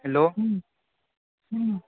hello